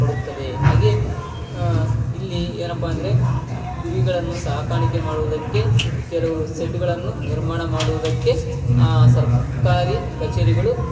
ಕೊಡುತ್ತದೆ ಹಾಗೇ ಇಲ್ಲಿ ಏನಪ್ಪ ಅಂದರೆ ಕುರಿಗಳನ್ನು ಸಾಕಾಣಿಕೆ ಮಾಡುವುದಕ್ಕೆ ಕೆಲವು ಸೆಡ್ಡುಗಳನ್ನು ನಿರ್ಮಾಣ ಮಾಡುವುದಕ್ಕೆ ಸರ್ಕಾರಿ ಕಚೇರಿಗಳು